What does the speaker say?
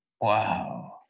Wow